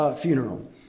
funeral